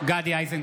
(קורא בשמות חברי הכנסת) גדי איזנקוט,